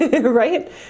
Right